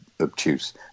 obtuse